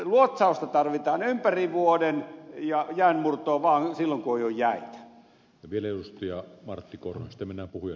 luotsausta tarvitaan ympäri vuoden ja jäänmurtoa vaan silloin kun on jo jäitä